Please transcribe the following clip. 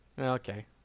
Okay